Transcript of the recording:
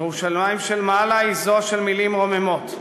ירושלים של מעלה היא זו של מילים רוממות: